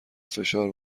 فشار